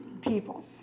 people